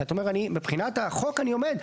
כי את אומרת מבחינת החוק אני עומד.